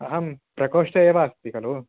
अहं प्रकोष्ठे एव अस्मि खलु